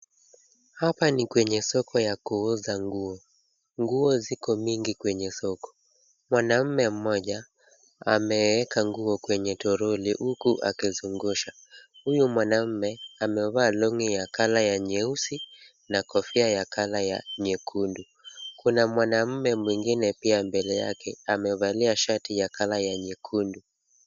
Hapa ni kwenye soko ya kuuza nguo ,nguo ziko mingi kwenye soko. Mwanamume mmoja ameeka nguo kwenye toroli huku akizungusha ,huyu mwanamume amevaa long'i ya colour ya nyeusi na kofia ya colour ya nyekundu. Kuna mwanamume mwingine pia mbele yake amevalia shati ya colour ya nyekundu.